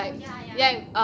oh ya ya